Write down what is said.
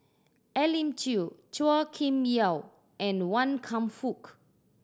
Elim Chew Chua Kim Yeow and Wan Kam Fook